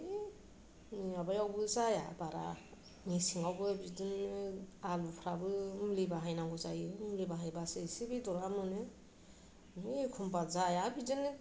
बिदिनो माबायावबो जाया बारा मेसेङावबो बिदिनो आलुफ्राबो मुलि बाहायनांगौ जायो मुलि बाहायब्लासो इसे बेदरा मोनो एखमब्ला जाया बिदिनो